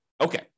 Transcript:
Okay